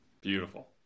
Beautiful